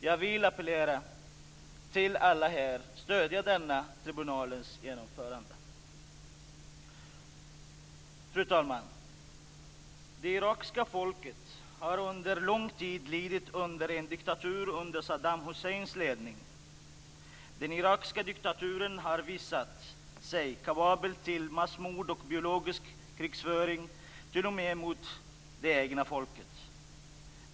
Jag vill appellera till alla här att stödja denna tribunals genomförande. Fru talman! Det irakiska folket har under lång tid lidit under en diktatur under Saddam Husseins ledning. Den irakiska diktaturen har visat sig kapabel till massmord och biologisk krigföring t.o.m. mot det egna folket.